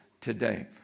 today